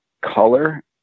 color